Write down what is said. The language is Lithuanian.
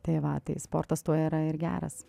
tai va tai sportas tuo yra ir geras